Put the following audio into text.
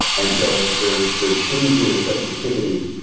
and so they're they're changing their sensitivity.